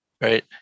right